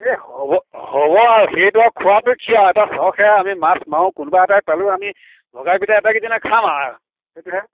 এ হ'ব হ'ব আৰু সেইটো আৰু খোৱাতো কি আৰু এটাই সৰহকে আমি মাছ মাৰোঁ কোনোবা এটাই পালেও আমি ভগাই পিটাই আটাইকেইজনে খাম আৰু সেইটোহে